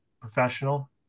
professional